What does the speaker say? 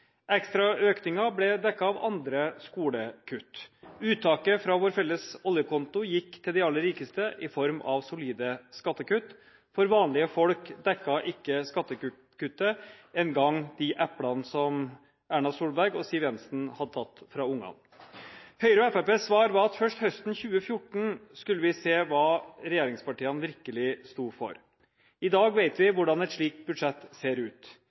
ekstra til skolesatsing. Økningen ble dekket av andre skolekutt. Uttaket fra vår felles oljekonto gikk til de aller rikeste i form av solide skattekutt. For vanlige folk dekket ikke skattekuttet engang de eplene som Erna Solberg og Siv Jensen hadde tatt fra ungene. Høyres og Fremskrittspartiets svar var at først høsten 2014 ville vi se hva regjeringspartiene virkelig sto for. I dag vet vi hvordan et slikt budsjett ser ut.